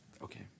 Okay